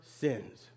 sins